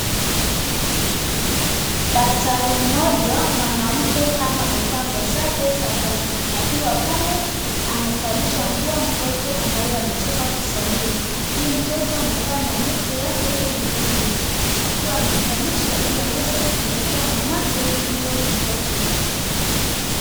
Daktari moja mwanamke kama amevaa nguo zake za kazi akiwa pale anamvalisha nguo mtoto ambaye ametoka kuzaliwa, huyu mtoto amevaa na leso yake nyekundu akiwa amevalisha hili aweze kupeleke mamake huyo mtoto.